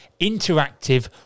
interactive